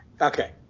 Okay